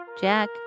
Jack